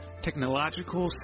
technological